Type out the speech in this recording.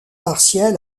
partiel